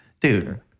dude